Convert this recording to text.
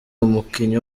umukinnyi